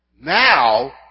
Now